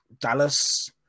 Dallas